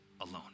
alone